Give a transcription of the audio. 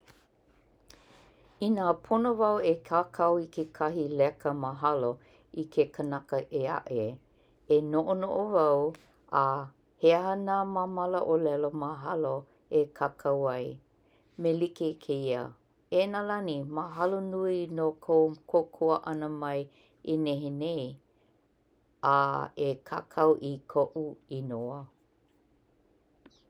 Inā pono wau e kākau i kekahi leka mahalo i ke kanaka eaʻe e noʻonoʻo wau a "He aha nā māmala ʻōlelo mahalo e kākau ai?" Me like kēia, "E Nalani, mahalo nui no kou kōkua ʻana mai i nehinei". A e kākau i koʻu inoa.